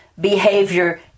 behavior